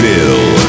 Bill